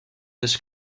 this